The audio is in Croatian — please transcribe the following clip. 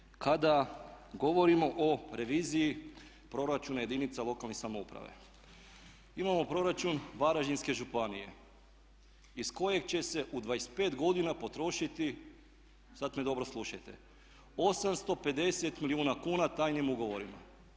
Nadalje, kada govorimo o reviziji proračuna jedinica lokalne samouprave, imamo proračun Varaždinske županije iz kojeg će se u 25 godina potrošiti sad me dobro slušajte 850 milijuna kuna tajnim ugovorima.